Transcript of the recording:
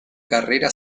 carrera